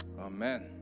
Amen